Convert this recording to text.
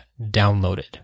downloaded